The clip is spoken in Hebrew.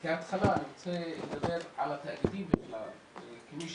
אני רוצה לדבר על התאגידים בכלל כמי